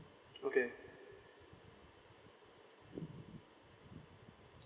okay